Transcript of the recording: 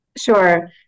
Sure